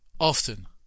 often